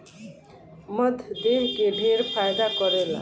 मध देह के ढेर फायदा करेला